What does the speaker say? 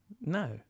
No